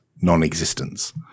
non-existence